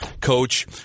coach